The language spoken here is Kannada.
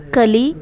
ಕಲಿ